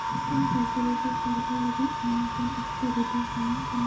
ᱤᱧ ᱠᱟᱞᱪᱟᱨᱮᱨᱤ ᱨᱮ ᱥᱟᱨᱵᱷᱟᱨ ᱞᱟᱹᱜᱤᱫ ᱮᱢ ᱟᱠᱟᱱ ᱚᱠᱛᱮ ᱵᱤᱰᱟᱹᱣ ᱥᱟᱱᱟᱧ ᱠᱟᱱᱟ